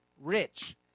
rich